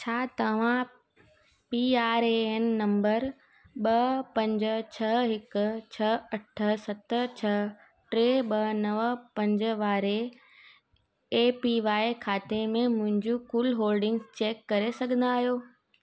छा तव्हां P R A N number ॿ पंज छह हिक छह अठ सत छह टे ॿ नव पंज वारे ए पी वाय खाते में मुंहिंजू कुल होल्डिंगस चेक करे सघंदा आहियो